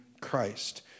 Christ